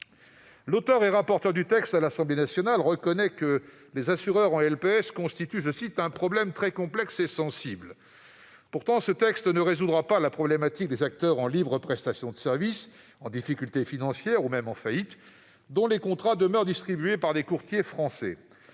L'auteure et rapporteure du texte à l'Assemblée nationale reconnaît que les assureurs en LPS constituent « un problème très complexe et sensible ». Pourtant, ce texte ne résoudra pas la problématique des acteurs en libre prestation de services en difficultés financières ou même en faillite, dont les contrats demeurent distribués par des courtiers français.